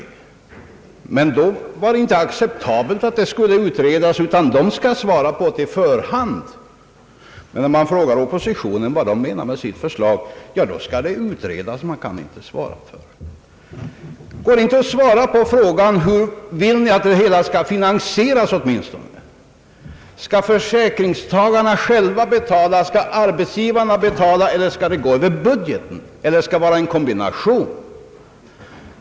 I det fallet var det inte acceptabelt att något skulle utredas, då skulle svar lämnas på förhand, men om man frågar vad man från oppositionen menar med sitt förslag får man till svar att det skall utredas. Går det inte åtminstone att svara på frågan hur ni vill att det hela skall finansieras? Skall försäkringstagarna själva betala, skall arbetsgivarna betala, skall det gå över budgeten eller skall det vara en kombination?